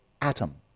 atom